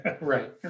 Right